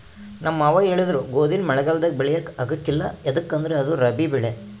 ನಮ್ ಮಾವ ಹೇಳಿದ್ರು ಗೋದಿನ ಮಳೆಗಾಲದಾಗ ಬೆಳ್ಯಾಕ ಆಗ್ಕಲ್ಲ ಯದುಕಂದ್ರ ಅದು ರಾಬಿ ಬೆಳೆ